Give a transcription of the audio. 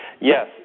Yes